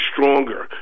stronger